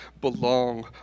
belong